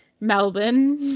Melbourne